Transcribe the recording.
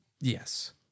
Yes